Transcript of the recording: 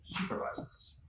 supervises